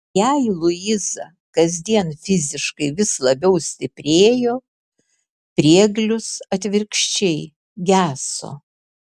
jei luiza kasdien fiziškai vis labiau stiprėjo prieglius atvirkščiai geso